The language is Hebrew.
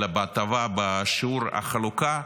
אלא בהטבה בשיעור החלוקה,